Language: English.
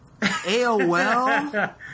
AOL